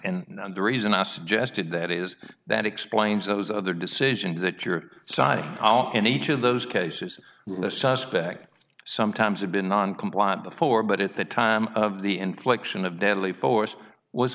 and the reason i suggested that is that explains those other decisions that you're signing and each of those cases the suspect sometimes had been noncompliant before but at the time of the infliction of deadly force was